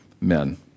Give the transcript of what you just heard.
men